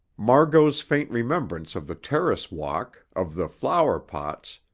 margot's faint remembrance of the terrace walk, of the flower-pots,